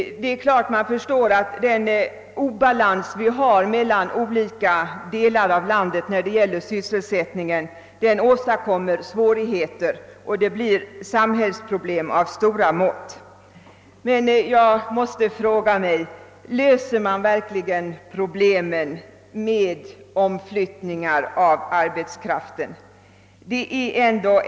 Den obalans som finns i landet beträffande sysselsättningen medför givetvis stora svårigheter, det förstår jag, och samhället får problem av stora mått att lösa. Men jag måste fråga: Löser man verkligen problemen genom att omflytta arbetskraften?